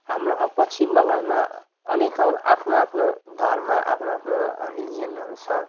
हाम्रो पश्चिम बङ्गालमा अनेकौँ आफ्नो आफ्नो धर्म आफ्नो आफ्नो रिलिजनहरू छ